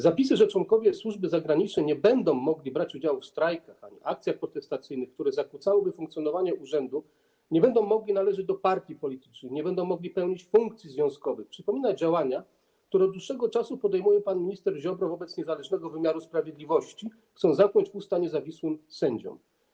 Zapisy, że członkowie służby zagranicznej nie będą mogli brać udziału w strajkach ani akcjach protestacyjnych, które zakłócałyby funkcjonowanie urzędu, nie będą mogli należeć do partii politycznych, nie będą mogli pełnić funkcji związkowych, przypominają działania, które od dłuższego czasu podejmuje pan minister Ziobro wobec niezależnego wymiaru sprawiedliwości, chcąc zamknąć usta niezawisłym sędziom.